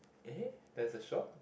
eh there's a shop